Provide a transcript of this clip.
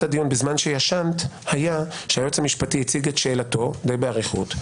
הדיון בזמן שישנת היה שהיועץ המשפטי הציג את שאלתו ובאריכות.